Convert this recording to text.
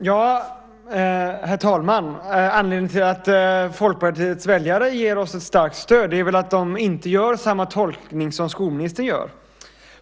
Herr talman! Anledningen till att Folkpartiets väljare ger oss ett starkt stöd är väl att de inte gör samma tolkning som skolministern gör.